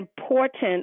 important